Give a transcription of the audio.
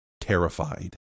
terrified